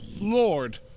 lord